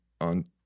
on